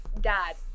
dad